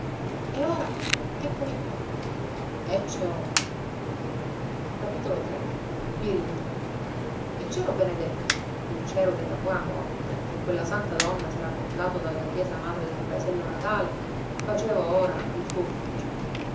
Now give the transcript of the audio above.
addirittura e ora eccomi qua ecce homo il cero benedetto il cero della buona morte che quella santa donna s'era portato dalla chiesa madre del paesello natale faceva ora il suo ufficio